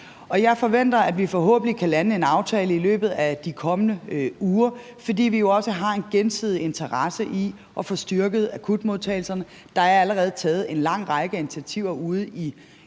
jeg forventer, at vi forhåbentlig kan lande en aftale i løbet af de kommende uger, fordi vi jo også har en gensidig interesse i at få styrket akutmodtagelserne. Der er allerede taget en lang række initiativer ude i